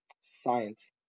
science